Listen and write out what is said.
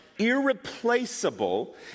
irreplaceable